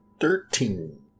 Thirteen